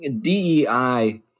DEI